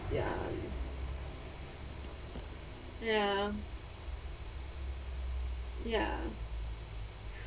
ya ya ya